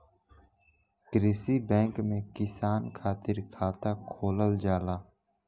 कृषि बैंक में किसान खातिर खाता खोलल जाला